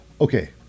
Okay